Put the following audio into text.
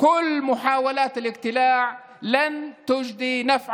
כל ניסיונות העקירה יעלו חרס.